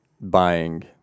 buying